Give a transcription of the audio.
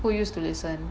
who use to listen